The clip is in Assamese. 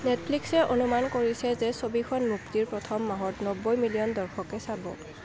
নেটফ্লিক্সে অনুমান কৰিছে যে ছবিখন মুক্তিৰ প্ৰথম মাহত নব্বৈ মিলিয়ন দৰ্শকে চাব